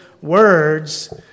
words